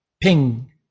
Ping